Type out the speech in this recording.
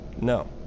No